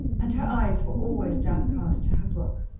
and her eyes were always downcast to her book.